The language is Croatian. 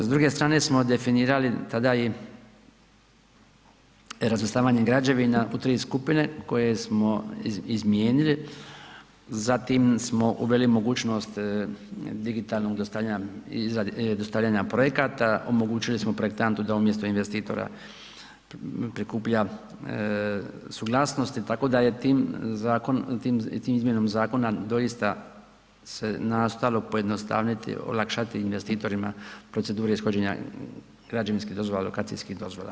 S druge strane smo definirali tada i razvrstavanje građevina u 3 skupine koje smo izmijenili, zatim smo uveli mogućnost digitalnog dostavljanja i izradi, dostavljanja projekata, omogućili smo projektantu da umjesto investitora prikuplja suglasnosti, tako da je tim zakonom, tim izmjenama zakona doista se nastojalo pojednostavniti, olakšati investitorima procedure ishođenja građevinskih dozvola i lokacijskih dozvola.